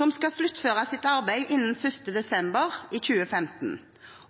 som skal sluttføre sitt arbeid innen 1. desember 2015,